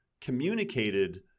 communicated